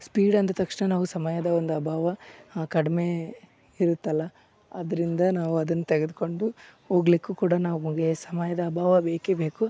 speed ಅಂದ ತಕ್ಷಣ ನಾವು ಸಮಯದ ಒಂದು ಅಭಾವ ಕಡಿಮೆ ಇರುತ್ತಲ್ಲ ಅದರಿಂದ ನಾವು ಅದನ್ನ ತೆಗೆದ್ಕೊಂಡು ಹೋಗಲಿಕ್ಕೂ ಕೂಡ ನಮಗೆ ಸಮಯದ ಅಭಾವ ಬೇಕೇ ಬೇಕು